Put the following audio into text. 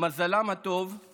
למזלם הטוב הם